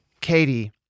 Katie